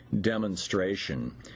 demonstration